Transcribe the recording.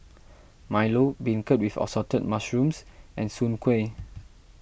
Milo Beancurd with Assorted Mushrooms and Soon Kuih